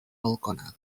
balconada